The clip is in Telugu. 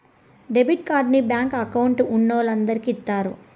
డెబిట్ కార్డుని బ్యాంకు అకౌంట్ ఉన్నోలందరికి ఇత్తారు